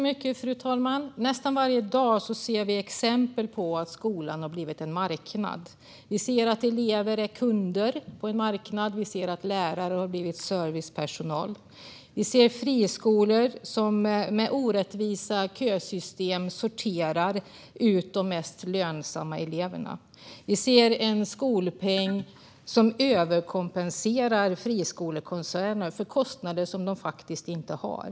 Fru talman! Nästan varje dag ser vi exempel på att skolan har blivit en marknad. Vi ser att elever har blivit kunder och lärare servicepersonal. Vi ser hur friskolor med orättvisa kösystem sorterar ut de mest lönsamma eleverna, och vi ser en skolpeng som överkompenserar friskolekoncernerna för kostnader som de faktiskt inte har.